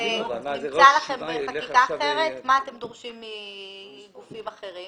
מה אתם דורשים מגופים אחרים